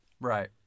right